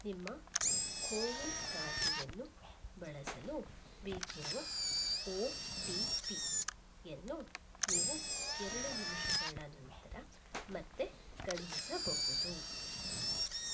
ನಿಮ್ಮ ಕೋವಿನ್ ಖಾತೆಯನ್ನು ಬಳಸಲು ಬೇಕಿರುವ ಒ ಟಿ ಪಿಯನ್ನು ನೀವು ಎರಡು ನಿಮಿಷಗಳ ನಂತರ ಮತ್ತೆ ಕಳುಹಿಸಬಹುದು